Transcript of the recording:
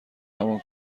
همون